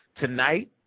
Tonight